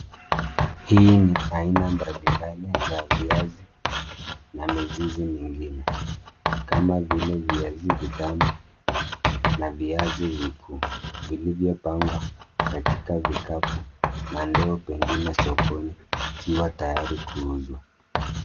Hii ni aina mbalimbali za viazi na mzizi mingine kama vile viazi vitamu na viazi vikuu vilivyopangwa katika vikapu na ndoo pengine sokoni vikiwa tayari kuuzwa.